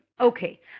Okay